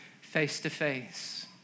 face-to-face